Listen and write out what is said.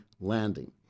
landing